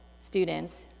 students